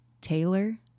Taylor